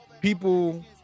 people